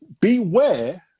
beware